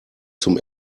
zum